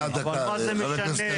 אבל מה זה משנה?